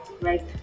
right